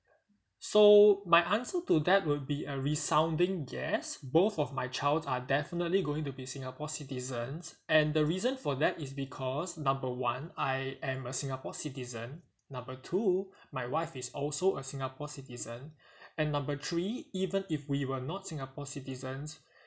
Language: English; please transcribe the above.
so my answer to that would be a resounding guess both of my child are definitely going to be singapore citizens and the reason for that is because number one I am a singapore citizen number two my wife is also a singapore citizen and number three even if we were not singapore citizen